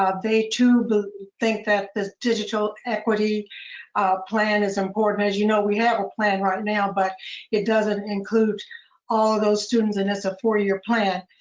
ah they too think that this digital equity plan is important. as you know, we have a plan right now, but it doesn't include all those students, and it's a four-year plan.